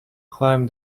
climbed